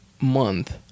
month